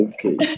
Okay